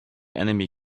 enemy